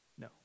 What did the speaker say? no